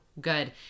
good